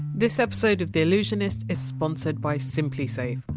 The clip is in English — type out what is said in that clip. this episode of the allusionist is sponsored by simplisafe,